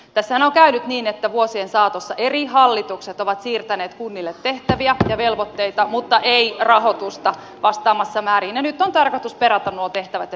tässähän on käynyt niin että vuosien saatossa eri hallitukset ovat siirtäneet kunnille tehtäviä ja velvoitteita mutta ei rahoitusta vastaavassa määrin ja nyt on tarkoitus perata nuo tehtävät ja velvoitteet läpi